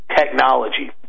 technology